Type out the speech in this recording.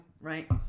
right